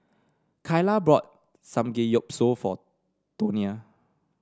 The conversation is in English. Kaila bought Samgeyopsal for Tonia